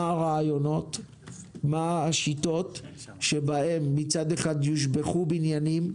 מה הרעיונות ומה השיטות שמצד אחד יושבחו בניינים,